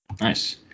Nice